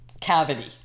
cavity